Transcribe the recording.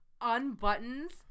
unbuttons